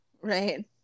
Right